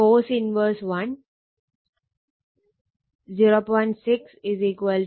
1 cos 1 0